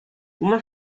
uma